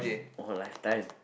or last time